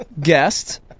guest